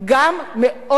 מאוד לא אהבתי אותו,